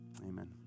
Amen